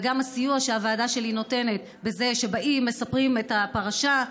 הסיוע שהוועדה שלי נותנת הוא בזה שבאים ומספרים את הפרשה,